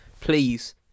Please